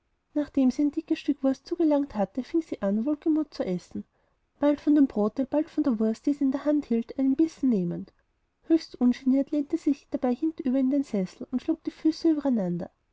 nachdem sie ein dickes stück wurst zugelangt hatte fing sie an wohlgemut zu essen bald von dem brote bald von der wurst die sie in der hand hielt einen bissen nehmend höchst ungeniert lehnte sie dabei hintenüber in einem sessel und schlug die füße